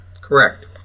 Correct